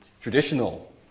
traditional